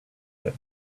that